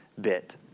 bit